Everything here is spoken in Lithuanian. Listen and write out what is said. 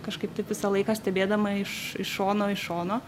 kažkaip taip visą laiką stebėdama iš iš šono iš šono